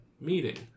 meeting